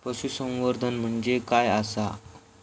पशुसंवर्धन म्हणजे काय आसा?